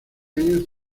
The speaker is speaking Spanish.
años